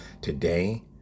today